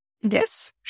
yes